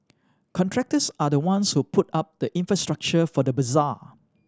contractors are the ones who put up the infrastructure for the bazaar